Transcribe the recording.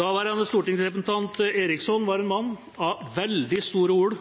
daværende stortingsrepresentant Eriksson var en mann av veldig store ord